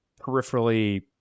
peripherally